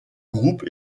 groupe